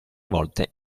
volte